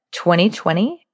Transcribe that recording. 2020